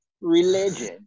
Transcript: religion